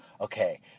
okay